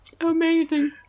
Amazing